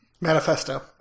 Manifesto